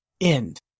end